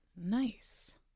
Nice